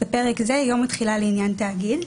(בפרק זה יום התחילה לעניין תאגיד),